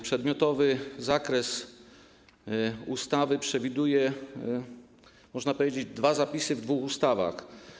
Przedmiotowy zakres ustawy przewiduje, można powiedzieć, dwa zapisy w dwóch ustawach.